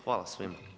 Hvala svima.